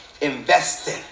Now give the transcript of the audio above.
investing